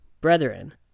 brethren